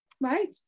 right